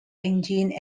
engines